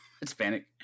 Hispanic